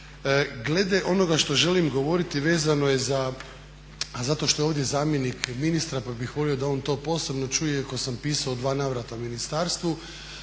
Glede onoga što želim govoriti vezano je za to što je ovdje zamjenik ministra pa bih volio da on to posebno čuje iako sam pisao u dva navrata ministarstvu,